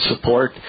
support